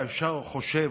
ואתה ישר חושב,